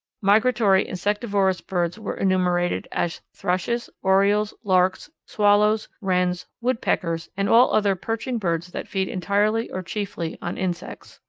migratory insectivorous birds were enumerated as thrushes, orioles, larks, swallows, wrens, woodpeckers, and all other perching birds that feed entirely or chiefly on insects.